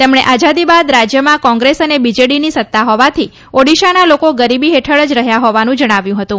તેમણે આઝાદી બાદ રાજયમાં કોંગ્રેસ અને બીજેડીની સત્તા હોવાથી ઓડિશાના લોકો ગરીબી હેઠળ જ રહ્યા હોવાનું જણાવ્યું હતું